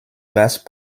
basses